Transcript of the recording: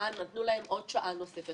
שנתנו להם עוד שעה נוספת.